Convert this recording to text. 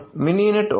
Mininet 1